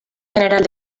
general